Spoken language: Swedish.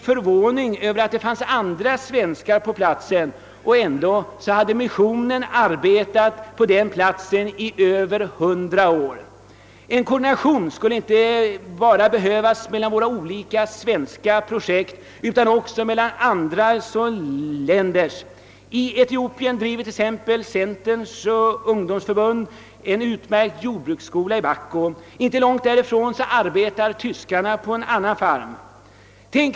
förvåning över att det fanns andra svenskar på platsen, trots att missionen arbetat där i över 100 år. En koordination skulle inte bara behövas mellan våra olika :svenska projekt.- utan också. mellan andra länders. I. exempelvis Etiopien driver. Centerns ungdomsförbund en utmärkt jordbruks skola i Backo, och inte långt därifrån arbetar tyskarna på en annan farm.